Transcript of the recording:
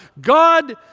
God